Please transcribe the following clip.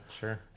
Sure